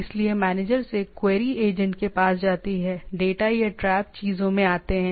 इसलिए मैनेजर से query agent के पास जाती है डेटा या ट्रैप चीजों में आते हैं